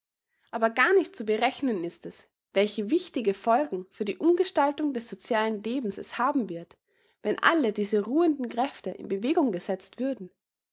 aber gar nicht zu berechnen ist es welche wichtige folgen für die umgestaltung des socialen lebens es haben wird wenn alle diese ruhenden kräfte in bewegung gesetzt würden